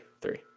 Three